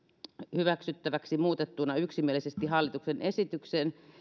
hyväksyttäväksi muutettuna yksimielisesti hallituksen esityksen